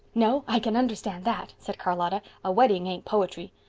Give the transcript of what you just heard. no, i can understand that, said charlotta. a wedding ain't poetry.